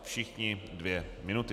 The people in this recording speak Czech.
Všichni dvě minuty.